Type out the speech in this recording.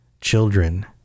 children